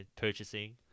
purchasing